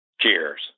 Cheers